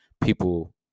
people